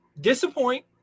disappoint